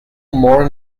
more